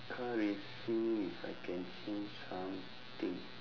car racing if I can change something